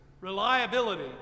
reliability